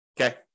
okay